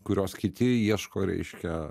kurios kiti ieško reiškia